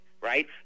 right